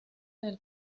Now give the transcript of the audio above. del